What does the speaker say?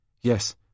Yes